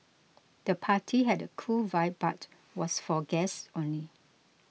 the party had a cool vibe but was for guests only